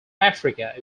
africa